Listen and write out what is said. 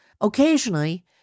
Occasionally